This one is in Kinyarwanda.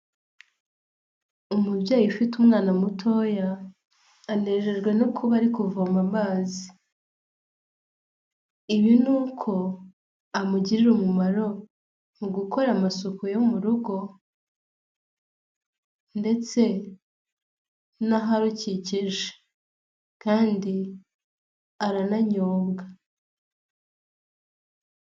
Umubyeyi ufite umwana mutoya anejejwe no kuba ari kuvoma amazi, ibi ni uko amugirira umumaro mu gukora amasuku yo mu rugo ndetse n'aharukikije kandi arananyobwa.